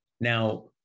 Now